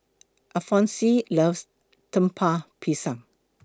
Alphonse loves Lemper Pisang